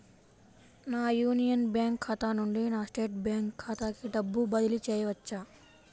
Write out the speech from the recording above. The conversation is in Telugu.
నా యూనియన్ బ్యాంక్ ఖాతా నుండి నా స్టేట్ బ్యాంకు ఖాతాకి డబ్బు బదిలి చేయవచ్చా?